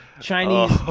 Chinese